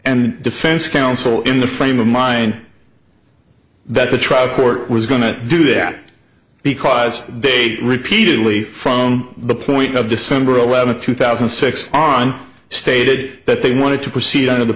and defense counsel in the frame of mind that the trial court was going to do that because they repeatedly from the point of december eleventh two thousand and six on stated that they wanted to proceed out of the